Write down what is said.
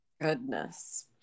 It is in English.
Goodness